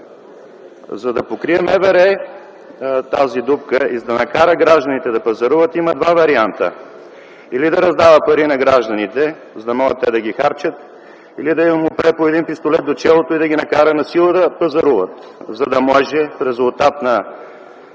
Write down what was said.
За да покрие МВР тази дупка и за да накара гражданите да пазаруват има два варианта – или да раздава пари на гражданите, за да могат те да ги харчат, или да им опре по един пистолет в челото и да ги накара насила да пазаруват, за да може в резултат на